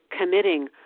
committing